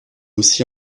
aussi